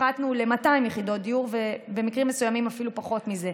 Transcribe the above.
הפחתנו ל-200 יחידות דיור ובמקרים מסוימים אפילו פחות מזה.